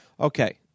okay